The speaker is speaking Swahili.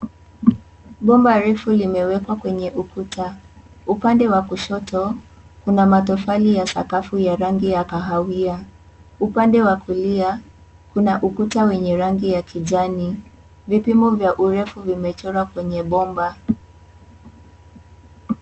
Bomba refu limewekwa kwenye ukuta. Upande wa kushoto, kuna matofali ya sakafu ya rangi ya kahawia. Upande wa kulia, kuna ukuta wenye rangi ya kijani. Vipimo vya urefu vimechorwa kwenye bomba.